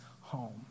home